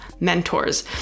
Mentors